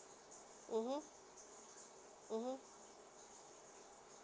mmhmm mmhmm